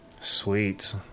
Sweet